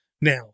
Now